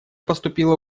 поступило